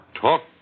Talk